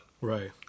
right